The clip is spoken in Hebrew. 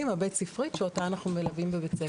הבית-ספרי שאותה אנחנו מלווים בבית הספר.